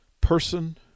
person